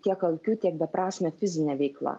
tiek alkiu tiek beprasme fizine veikla